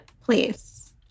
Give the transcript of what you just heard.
please